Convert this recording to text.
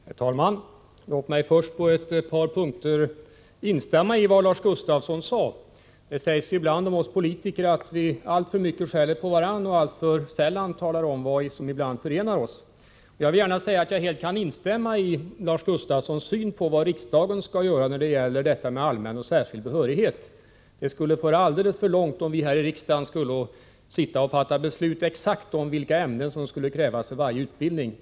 Herr talman! Låt mig först på ett par punkter instämma i vad Lars Gustafsson sade. Det sägs ibland om oss politiker att vi alltför mycket skäller på varandra och alltför sällan talar om vad som förenar oss. Jag vill gärna framhålla att jag helt kan instämma i Lars Gustafssons syn på vad riksdagen skall göra när det gäller allmän och särskild behörighet. Det skulle föra alldeles för långt om vi här i riksdagen skulle sitta och fatta beslut om exakt vilka ämnen som skall krävas för varje utbildning.